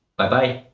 bye-bye!